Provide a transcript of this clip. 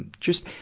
and just,